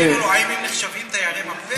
האם הם נחשבים תיירי מרפא?